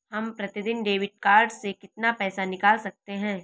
हम प्रतिदिन debit card से कितना पैसा निकाल सकते हैं?